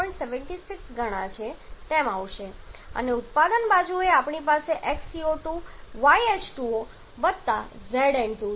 76 ગણા છે તેમ આવશે અને ઉત્પાદન બાજુએ આપણી પાસે x CO2 y H2O વત્તા z N2 છે